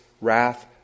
wrath